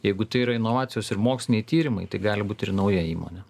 jeigu tai yra inovacijos ir moksliniai tyrimai tai gali būt ir nauja įmonė